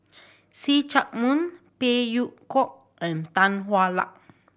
See Chak Mun Phey Yew Kok and Tan Hwa Luck